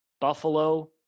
Buffalo